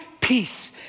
peace